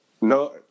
No